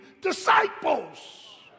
disciples